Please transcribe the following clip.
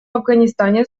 афганистане